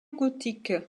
gothique